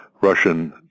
Russian